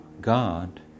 God